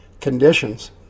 conditions